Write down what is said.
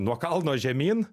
nuo kalno žemyn